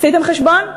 עשיתם חשבון?